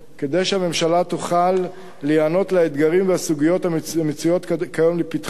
כדי שהממשלה תוכל להיענות לאתגרים והסוגיות המצויות כיום לפתחה,